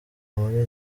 muri